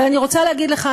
אבל אני רוצה להגיד לך,